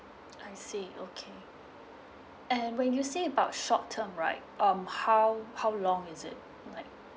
I see okay and when you say about short term right um how how long is it like